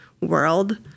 world